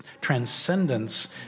transcendence